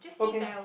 okay